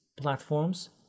platforms